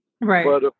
right